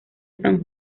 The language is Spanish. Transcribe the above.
san